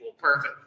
perfect